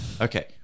Okay